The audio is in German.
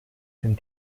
den